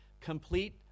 complete